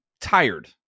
tired